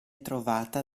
trovata